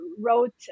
wrote